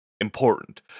important